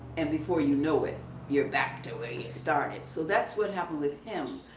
and before you know it you're back to where you started. so that's what happened with him.